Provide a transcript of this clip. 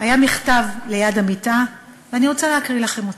היה מכתב ליד המיטה, ואני רוצה להקריא לכם אותו: